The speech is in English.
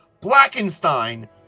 Blackenstein